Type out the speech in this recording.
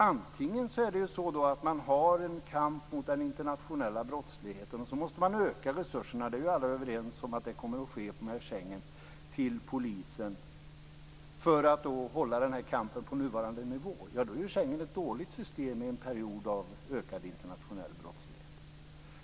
Antingen är det så att man har en kamp mot den internationella brottsligheten och måste öka resurserna till polisen - det är alla överens om kommer att ske i och med Schengenavtalet - för att hålla kampen på nuvarande nivå. Då är Schengen är ett dåligt system i en period av ökad internationell brottslighet.